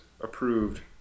approved